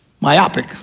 myopic